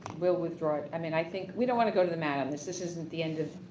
will withdraw it. i mean i think we don't want to go to the madness. this isn't the end of.